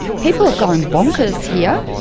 people are going bonkers here.